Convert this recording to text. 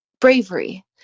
bravery